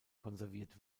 konserviert